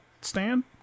stand